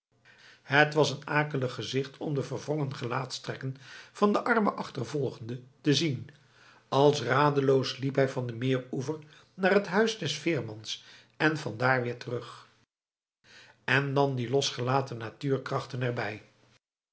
het was een akelig gezicht om de verwrongen gelaatstrekken van den armen achtervolgde te zien als radeloos liep hij van den meeroever naar het huis des veermans en vandaar weer terug en dan die losgelaten natuurkrachten er